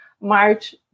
March